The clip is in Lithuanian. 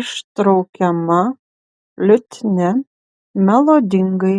ištraukiama liutnia melodingai